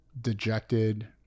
dejected